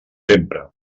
sempre